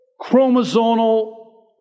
chromosomal